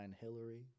Hillary